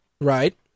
Right